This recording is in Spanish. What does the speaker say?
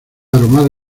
aromada